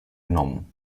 genommen